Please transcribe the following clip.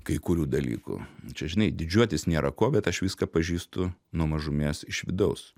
kai kurių dalykų čia žinai didžiuotis nėra ko bet aš viską pažįstu nuo mažumės iš vidaus